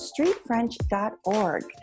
StreetFrench.org